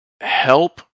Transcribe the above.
help